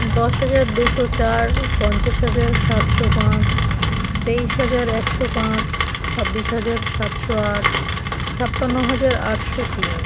দশ হাজার দুশো চার পঞ্চাশ হাজার সাতশো পাঁচ তেইশ হাজার একশো পাঁচ ছাব্বিশ হাজার সাতশো আট ছাপান্ন হাজার আটশো তিন